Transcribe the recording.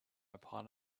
upon